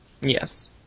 Yes